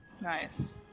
Nice